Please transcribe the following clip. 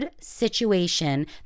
situation